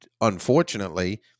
unfortunately